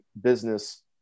business